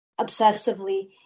obsessively